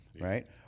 right